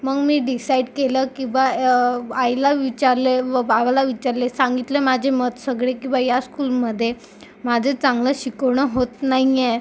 मग मी डिसाईट केलं की बा आईला विचारले व बाबाला विचारले सांगितले माझे मत सगळे की बा या स्कूलमध्ये माझे चांगलं शिकवणं होत नाही आहे